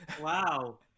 Wow